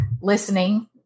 listening